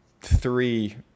three